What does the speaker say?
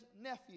nephew